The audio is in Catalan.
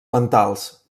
mentals